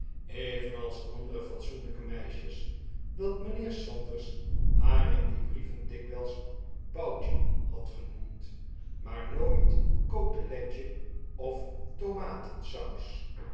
evenals andere fatsoenlijke meisjes dat mijnheer sanders haar in die brieven dikwijls boutje had ge noemd maar nooit coteletje of tomatensaus